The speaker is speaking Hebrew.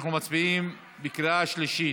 אנחנו מצביעים בקריאה שלישית.